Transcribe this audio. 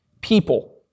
people